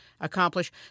accomplish